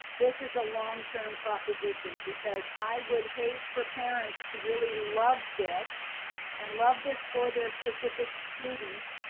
this is a long term proposition because i would hate for parents to really love this and love this for their specific student,